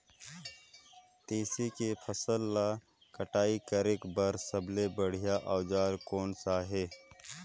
तेसी के फसल ला कटाई करे बार सबले बढ़िया औजार कोन सा हे?